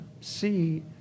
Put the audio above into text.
see